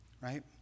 Right